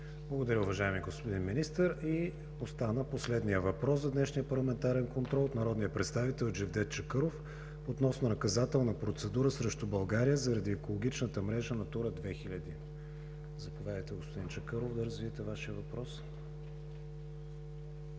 Благодаря, уважаеми господин Министър. И остана последният въпрос за днешния парламентарен контрол от народния представители Джевдет Чакъров относно наказателна процедура срещу България заради екологичната мрежа „Натура 2000“. Заповядайте, господин Чакъров, да развиете Вашия въпрос.